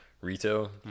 retail